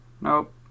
Nope